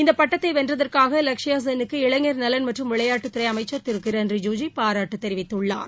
இந்த பட்டத்தை வென்றதற்காக லக்சயா சென் க்கு இளைஞர் நலன் மற்றும் விளையாட்டுத்துறை அமைச்சர் திரு கிரண் ரிஜிஜு பாராட்டு தெரிவித்துள்ளார்